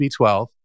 B12